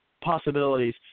possibilities